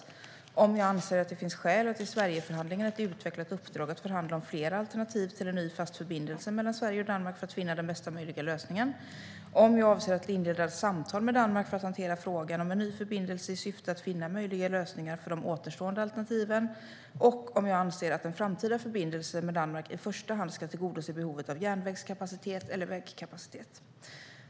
Han har frågat om jag anser att det finns skäl att ge Sverigeförhandlingen ett utvecklat uppdrag att förhandla om flera alternativ till en ny fast förbindelse mellan Sverige och Danmark för att finna den bästa möjliga lösningen, om jag avser att inleda samtal med Danmark för att hantera frågan om en ny förbindelse i syfte att finna möjliga lösningar för de återstående alternativen och om jag anser att en framtida förbindelse med Danmark i första hand ska tillgodose behovet av järnvägskapacitet eller vägkapacitet.